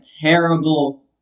terrible